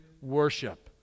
worship